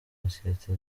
sosiyete